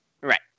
Right